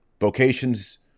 Vocations